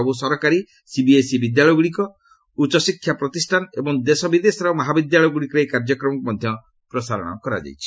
ସବୁ ସରକାରୀ ସିବିଏସ୍ସି ବିଦ୍ୟାଳୟଗୁଡ଼ିକ ଉଚ୍ଚଶିକ୍ଷା ପ୍ରତିଷ୍ଠାନ ଏବଂ ଦେଶ ବିଦେଶର ମହାବିଦ୍ୟାଳୟଗୁଡ଼ିକରେ ଏହି କାର୍ଯ୍ୟକ୍ରମକୁ ମଧ୍ୟ ପ୍ରସାରଣ କରାଯାଇଛି